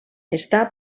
està